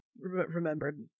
remembered